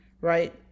right